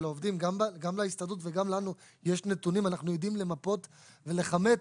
גם להסתדרות וגם לנו יש נתונים ואנחנו יודעים למפות ולכמת.